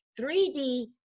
3D